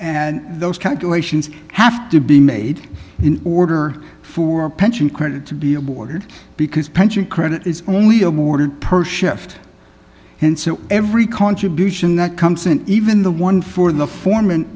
and those calculations have to be made in order for pension credit to be award because pension credit is only awarded per shift and so every contribution that comes in even the one for the forem